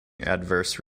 adverse